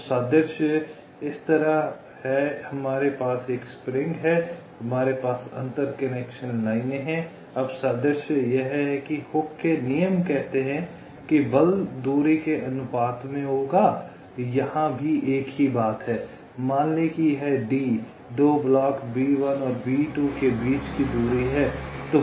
तो सादृश्य इस तरह है हमारे पास एक स्प्रिंग है हमारे पास अंतर कनेक्शन लाइनें हैं अब सादृश्य यह है कि हुक के नियम कहते हैं कि बल दूरी के अनुपात में होगा यहां भी एक ही बात है मान लें कि यह d दो ब्लॉक B1 और B2 के बीच की दूरी है